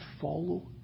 follow